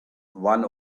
one